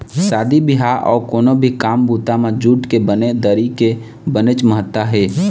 शादी बिहाव अउ कोनो भी काम बूता म जूट के बने दरी के बनेच महत्ता हे